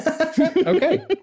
Okay